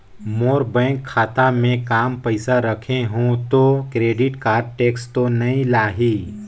मोर bank खाता मे काम पइसा रखे हो तो क्रेडिट कारड टेक्स तो नइ लाही???